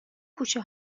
کوچه